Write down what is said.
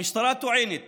המשטרה טוענת